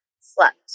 slept